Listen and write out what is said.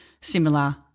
similar